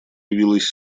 явилось